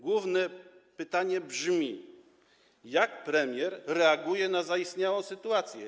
Główne pytanie brzmi: Jak premier reaguje na zaistniałą sytuację?